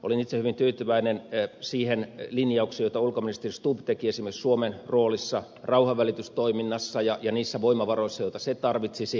olin itse hyvin tyytyväinen siihen linjaukseen jota ulkoministeri stubb teki esimerkiksi suomen roolissa rauhanvälitystoiminnassa ja niissä voimavaroissa joita se tarvitsisi